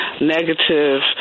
negative